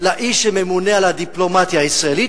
לאיש שממונה על הדיפלומטיה הישראלית.